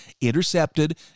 intercepted